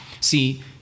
See